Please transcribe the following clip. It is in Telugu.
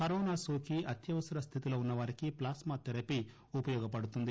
కరోనా సోకి అత్యవసర స్దితిలో ఉన్నవారికి ప్లాస్మా థెరపీ ఉపయోగపడుతుంది